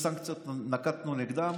ואתה יכול לברר איזה סנקציות נקטנו נגדם